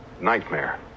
Nightmare